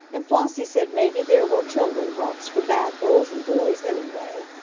and flossie said maybe there were children hawks for bad girls and boys, anyway.